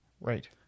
right